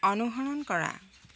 অনুসৰণ কৰা